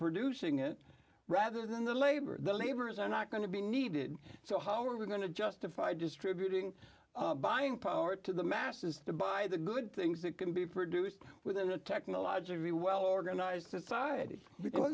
producing it rather than the labor the laborers are not going to be needed so how are we going to justify distributing buying power to the masses to buy the good things that can be produced within a technologically well organized society because